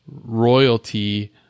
royalty